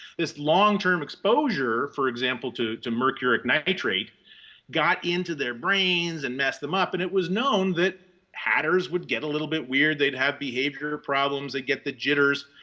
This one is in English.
this long-term exposure, for example, to to mercuric nitrate got into their brains and messed them up and it was known that hatters would get a little bit weird. they'd have behavior problems, they'd get the jitters.